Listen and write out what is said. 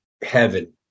heaven